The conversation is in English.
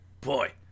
Boy